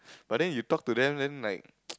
but then you talk to them then like